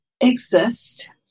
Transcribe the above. exist